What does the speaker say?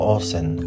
Orson